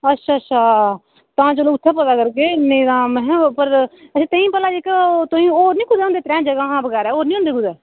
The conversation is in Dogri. अच्छा अच्छा अच्छा तां जरूर उत्थें पता करगे नेईं तां महां उप्पर ताहीं भला जेह्का होर निं कुदै इ'नें त्रैएं जगह् बगैरा होर निं होंदे कुदै